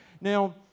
Now